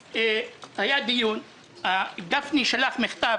משהו גבולי לא יהיה בעדיפות